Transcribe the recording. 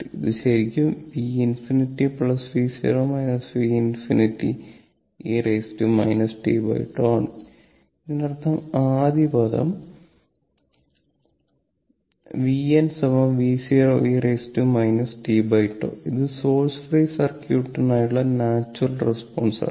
ഇത് ശരിക്കും V∞ V0 V∞e tτ ആണ് അതിനർത്ഥം ആദ്യ പദം Vn V0 e tτ അത് സോഴ്സ് ഫ്രീ സർക്യൂറ്റിനുള്ള നാച്ചുറൽ റെസ്പോൺസ് ആണ്